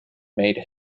made